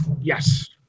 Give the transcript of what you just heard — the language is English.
yes